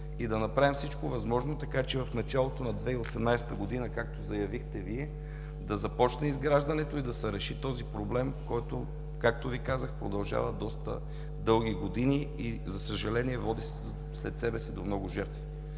и да направим всичко възможно в началото на 2018 г., както заявихте Вие, да започне изграждането и да се реши този проблем, който, както Ви казах, продължава доста дълги години и, за съжаление, води след себе си до много жертви.